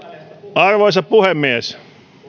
arvoisa puhemies